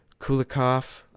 Kulikov